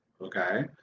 okay